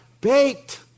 baked